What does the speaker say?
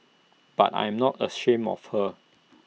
but I am not ashamed of her